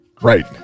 Right